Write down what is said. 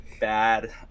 bad